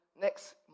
next